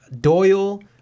Doyle